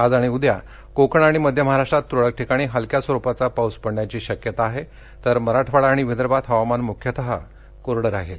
आज आणि उद्या कोकण आणि मध्य महाराष्ट्रात तुरळक ठिकाणी हलक्या स्वरूपाचा पाऊस पडण्याची शक्यता आहे तर मराठवाडा आणि विदर्भात हवामान मुख्यतः कोरड राहील